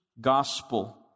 gospel